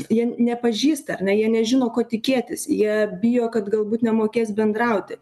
jie nepažįsta ar ne jie nežino ko tikėtis jie bijo kad galbūt nemokės bendrauti